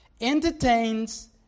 entertains